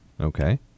Okay